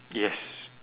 yes